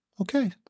okay